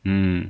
嗯